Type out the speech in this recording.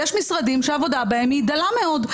יש משרדים שהעבודה בהם היא דלה מאוד.